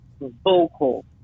vocal